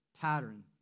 pattern